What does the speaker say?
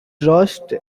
roused